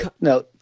No